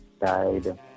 died